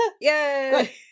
Yay